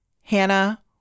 Hannah